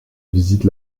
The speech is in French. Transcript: visite